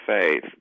faith